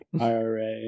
IRA